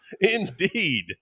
indeed